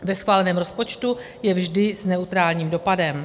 Ve schváleném rozpočtu je vždy s neutrálním dopadem.